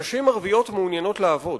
נשים ערביות מעוניינות לעבוד,